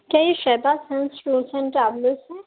کیا یہ Shahbaz tour and travels ہیں